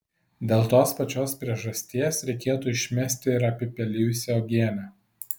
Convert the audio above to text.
dėl tos pačios priežasties reikėtų išmesti ir apipelijusią uogienę